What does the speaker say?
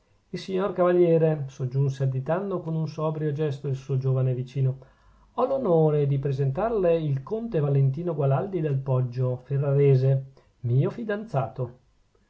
piccolezze signor cavaliere soggiunse additando con un sobrio gesto il suo giovane vicino ho l'onore di presentarle il conte valentino gualandi del poggio ferrarese mio fidanzato